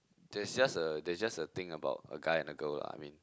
there's just a there's just a thing about a guy and a girl lah I mean